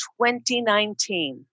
2019